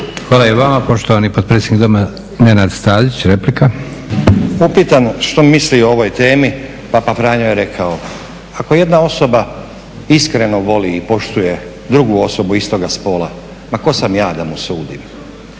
Hvala i vama. Poštovani potpredsjednik Doma, Nenad Stazić, replika. **Stazić, Nenad (SDP)** Upitano što misli o ovoj temi papa Franjo je rekao, ako jedna osoba iskreno voli i poštuje drugu osobu istoga spola ma tko sam ja da mu sudim.